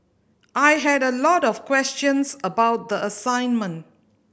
I had a lot of questions about the assignment